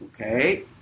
Okay